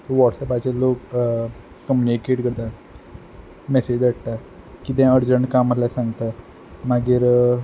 so वॉट्सएपाचेर लोक communicate करतात मेसेजी धाडटात कितें अर्जंट काम आसलें जाल्यार सांगता मागीर